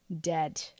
dead